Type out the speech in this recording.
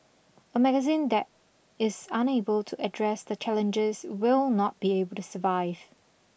a magazine that is unable to address the challenges will not be able to survive